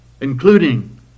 including